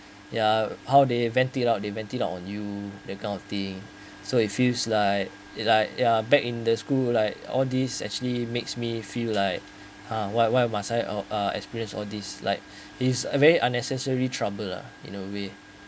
ya how they vent it out they vent it on you that kind of thing so it feels like it's like ya back in the school like all this actually makes me feel like uh why why must I or uh experience all this like it is very unnecessary trouble lah in a way